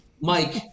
Mike